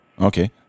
Okay